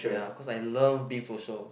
ya cause I love being social also